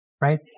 right